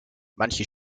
manche